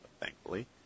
thankfully